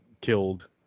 killed